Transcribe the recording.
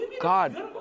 God